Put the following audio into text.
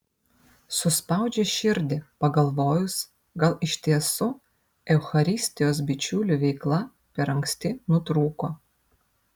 suspaudžia širdį pagalvojus gal iš tiesų eucharistijos bičiulių veikla per anksti nutrūko